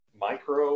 Micro